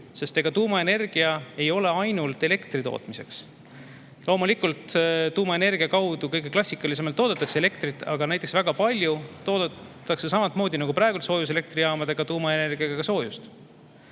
sest ega tuumaenergia ei ole ainult elektri tootmiseks. Loomulikult, tuumaenergia abil kõige klassikalisemalt toodetakse elektrit, aga näiteks väga palju toodetakse samamoodi nagu praegu soojuselektrijaamadega tuumaenergiaga ka soojust.